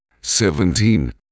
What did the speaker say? seventeen